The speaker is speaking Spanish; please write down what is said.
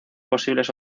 posibles